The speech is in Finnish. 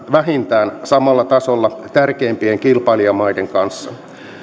vähintään samalla tasolla tärkeimpien kilpailijamaiden kanssa